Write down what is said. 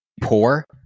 poor